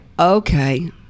okay